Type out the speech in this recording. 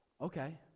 Okay